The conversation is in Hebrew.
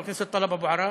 חבר הכנסת טלב אבו עראר,